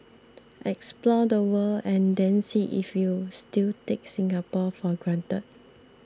explore the world and then see if you still take Singapore for granted